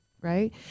right